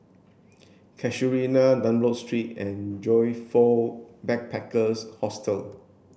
Casuarina Dunlop Street and Joyfor Backpackers' Hostel